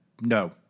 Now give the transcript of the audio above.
No